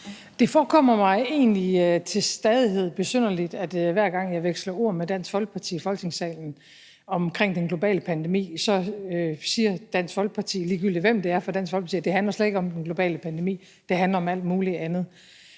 Det forekommer mig egentlig til stadighed besynderligt, at hver gang jeg veksler ord med Dansk Folkeparti i Folketingssalen omkring den globale pandemi, siger Dansk Folkeparti – ligegyldigt hvem det er fra Dansk Folkeparti – at det handler slet ikke om den globale pandemi, det handler om alt mulig andet.